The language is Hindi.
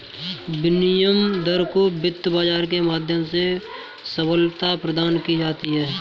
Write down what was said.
विनिमय दर को वित्त बाजार के माध्यम से सबलता प्रदान की जाती है